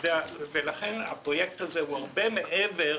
לכן הפרויקט הזה הוא הרבה מעבר